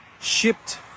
shipped